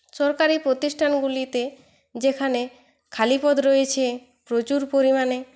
সরকারি প্রতিষ্ঠানগুলিতে যেখানে খালি পদ রয়েছে প্রচুর পরিমাণে